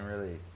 release